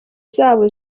zabo